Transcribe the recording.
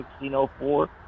1604